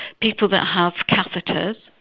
people that have catheters,